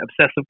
obsessive